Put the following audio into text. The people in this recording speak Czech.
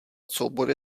soubory